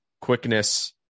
quickness